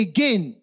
Again